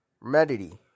remedy